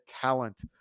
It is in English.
talent